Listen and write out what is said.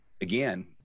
again